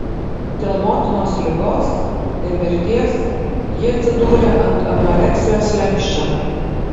dėl motinos ligos ir mirties ji atsidūrė ant anoreksijos slenksčio